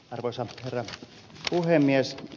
arvoisa herra puhemies